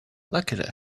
luckily